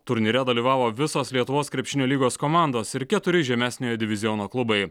turnyre dalyvavo visos lietuvos krepšinio lygos komandos ir keturi žemesniojo diviziono klubai